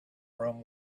room